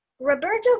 Roberto